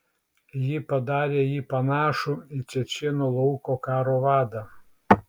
ji padarė jį panašų į čečėnų lauko karo vadą